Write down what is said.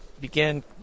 began